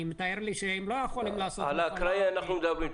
אני מתאר לי שהם לא יכולים לעשות --- על האקראי אנחנו מדברים.